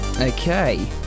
Okay